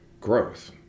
growth